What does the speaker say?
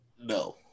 No